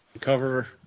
cover